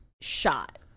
shot